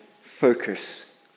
focus